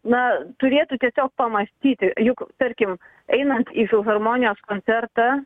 na turėtų tiesiog pamąstyti juk tarkim einant į filharmonijos koncertą